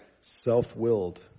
self-willed